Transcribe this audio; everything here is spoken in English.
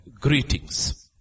greetings